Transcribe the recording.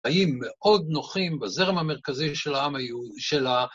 היו מאוד נוחים בזרם המרכזי של העם היהודי, של ה...